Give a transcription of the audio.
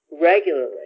regularly